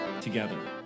together